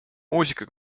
muusika